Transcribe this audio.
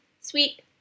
sweet